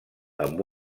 amb